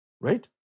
right